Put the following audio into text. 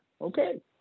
Okay